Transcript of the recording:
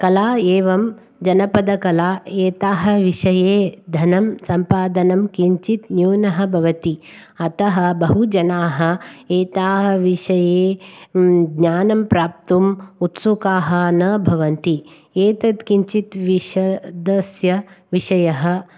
कला एवं जनपदकला एताः विषये धनं सम्पादनं किञ्चित् न्यूनः भवति अतः बहुजनाः एताः विषये ज्ञानं प्राप्तुम् उत्सुकाः न भवन्ति एतत् किञ्चित् विषदस्य विषयः